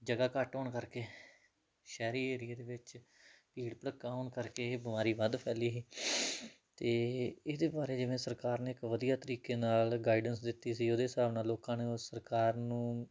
ਜਗ੍ਹਾ ਘੱਟ ਹੋਣ ਕਰਕੇ ਸ਼ਹਿਰੀ ਏਰੀਏ ਦੇ ਵਿੱਚ ਭੀੜ ਭੜੱਕਾ ਹੋਣ ਕਰਕੇ ਇਹ ਬਿਮਾਰੀ ਵੱਧ ਫੈਲੀ ਸੀ ਅਤੇ ਇਹ ਇਹਦੇ ਬਾਰੇ ਜਿਵੇਂ ਸਰਕਾਰ ਨੇ ਇੱਕ ਵਧੀਆ ਤਰੀਕੇ ਨਾਲ ਗਾਈਡੈਂਸ ਦਿੱਤੀ ਸੀ ਉਹਦੇ ਹਿਸਾਬ ਨਾਲ ਲੋਕਾਂ ਨੂੰ ਉਸ ਸਰਕਾਰ ਨੂੰ